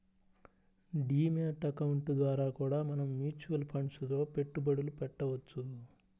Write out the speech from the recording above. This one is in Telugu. డీ మ్యాట్ అకౌంట్ ద్వారా కూడా మనం మ్యూచువల్ ఫండ్స్ లో పెట్టుబడులు పెట్టవచ్చు